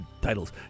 titles